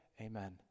amen